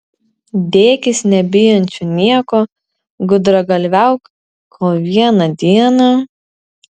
dėkis nebijančiu nieko gudragalviauk kol vieną dieną